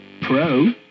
pro